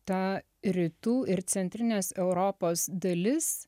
ta rytų ir centrinės europos dalis